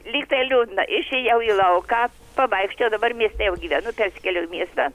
lyg tai liūdna išėjau į lauką pavaikščiojau dabar mieste jau gyvenu persikėliau į miestą